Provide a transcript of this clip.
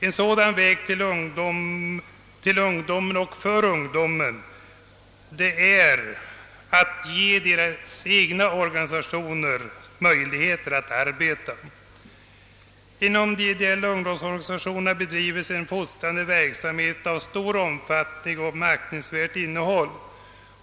En sådan väg till ungdomen och för ungdomen går över dess egna organisationer; det är angeläget att dessa organisationer får möjligheter att arbeta. Inom de ideella ungdomsorganisationerna bedrives en fostrande verksamhet av stor omfattning och med aktningsvärt innehåll.